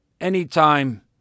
Anytime